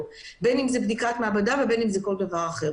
בין אם בדיקת מעבדה ובין אם כל דבר אחר.